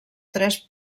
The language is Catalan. tres